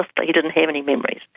if but he didn't have any memories,